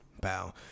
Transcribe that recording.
bow